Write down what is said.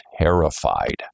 Terrified